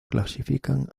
clasifican